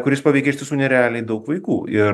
kuris paveikė iš tiesų nerealiai daug vaikų ir